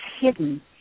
hidden